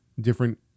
different